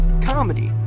comedy